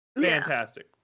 fantastic